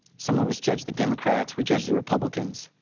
some of us judge the democrats, we judge the republicans.